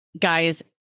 guys